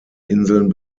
inseln